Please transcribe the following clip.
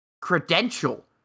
credential